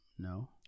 No